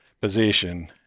position